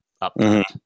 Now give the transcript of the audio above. up